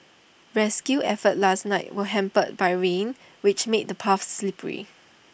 rescue efforts last night were hampered by rain which made the paths slippery